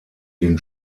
den